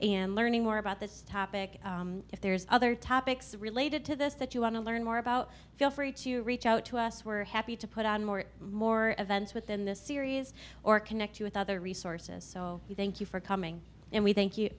and learning more about this topic if there's other topics related to this that you want to learn more about feel free to reach out to us were happy to put on more and more events within the series or connect you with other resources so we thank you for coming and we thank you